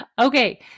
Okay